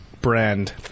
brand